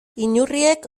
inurriek